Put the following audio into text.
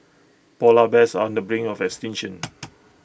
Polar Bears on the brink of extinction